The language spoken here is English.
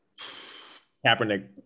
Kaepernick